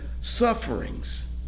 sufferings